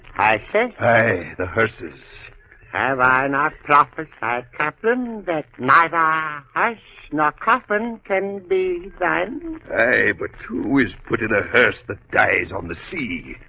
i said hey the hearses have i not prophesied happened that neither i snuck often can be done hey, but who is put in a hearse that dies on the sea?